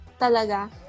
talaga